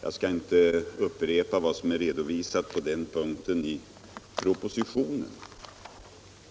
Jag skall inte upprepa vad som är redovisat på den punkten i propositionen.